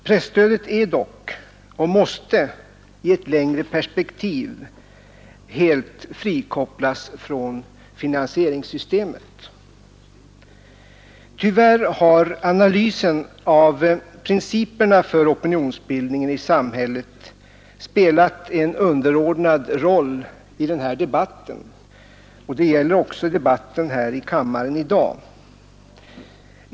Presstödet måste dock i ett längre perspektiv helt frikopplas från finansieringssystemet. Tyvärr har analysen av principerna för opinionsbildningen i samhället spelat en underordnad roll i debatten. Det gäller också debatten här i kammaren i dag.